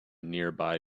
nearby